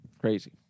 crazy